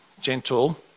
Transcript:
gentle